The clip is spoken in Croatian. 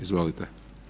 Izvolite.